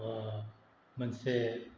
मोनसे